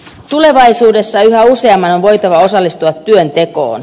tulevaisuudessa yhä useamman on voitava osallistua työntekoon